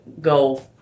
go